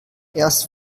erst